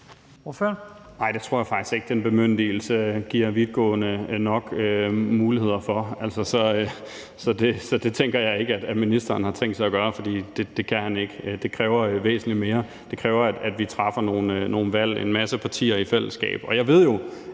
Nej, det tror jeg faktisk ikke den bemyndigelse giver vidtgående nok muligheder for. Så det tænker jeg ikke at ministeren har tænkt sig at gøre, for det kan han ikke. Det kræver væsentlig mere. Det kræver, at vi, en masse partier i fællesskab,